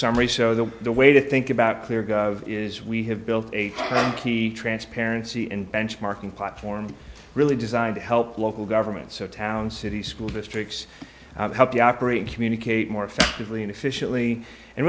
summary so that the way to think about clear is we have built a key transparency and benchmarking platform really designed to help local governments town city school districts help you operate communicate more effectively and efficiently and